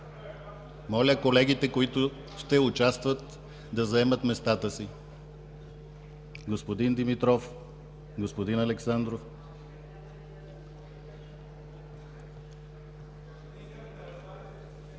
Моля, колегите, които ще участват, да заемат местата си. Господин Димитров, господин Александров!